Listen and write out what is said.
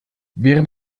während